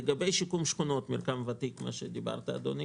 לגבי שיקום שכונות, מרקם ותיק, מה שדיברת, אדוני